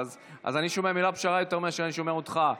אני שומע את המילה פשרה יותר ממה שאני שומע אותך,